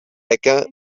hacker